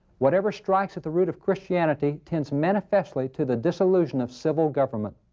whatever strikes at the root of christianity tends manifestly to the dissolution of civil government.